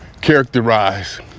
characterize